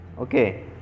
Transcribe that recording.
okay